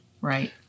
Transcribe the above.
right